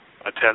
attend